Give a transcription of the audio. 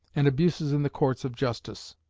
and abuses in the courts of justice.